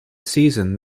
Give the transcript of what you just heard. season